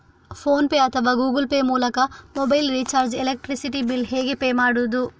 Phone pay ಅಥವಾ Google Pay ಮೂಲಕ mobile recharge, electricity bill ಹೇಗೆ ಪೇ ಮಾಡುವುದು?